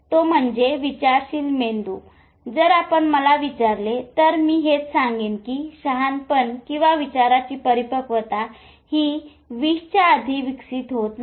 तो म्हणजे विचारशील मेंदू जर आपण मला विचारले तर मी हेच सांगेन कि शहाणपण किंवा विचाराची परिपक्वता हि 20 च्या आधी विकसित होत नाही